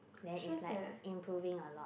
then is like improving a lot